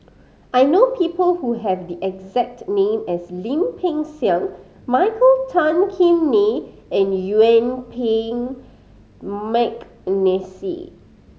I know people who have the exact name as Lim Peng Siang Michael Tan Kim Nei and Yuen Peng McNeice